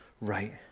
right